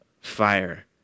fire